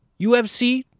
UFC